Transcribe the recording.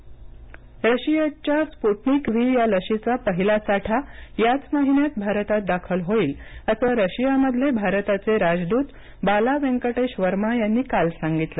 Sputnik लस रशियाच्या Sputnik V या लशीचा पहिला साठा याच महिन्यात भारतात दाखल होईल असं रशियामधले भारताचे राजदूत बाला वेंकटेश वर्मा यांनी काल सांगितलं